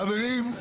חברים.